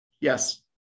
Yes